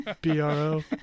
B-R-O